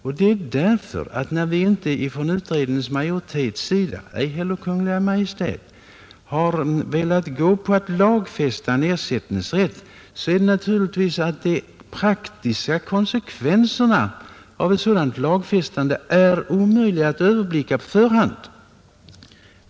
När vi därför från utredningsmajoritetens sida eller från Kungl. Maj:ts sida velat gå med på att lagfästa en ersättningsrätt är det främst för att de praktiska konsekvenserna av ett sådant lagfästande är omöjliga att på förhand överblicka.